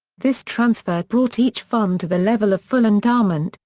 this transfer brought each fund to the level of full endowment,